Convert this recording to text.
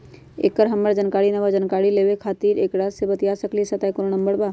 एकर हमरा जानकारी न बा जानकारी लेवे के खातिर हम केकरा से बातिया सकली ह सहायता के कोनो नंबर बा?